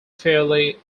fairly